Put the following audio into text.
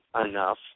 enough